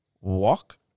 Walk